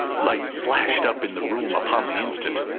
light flashed up in the room upon the instant,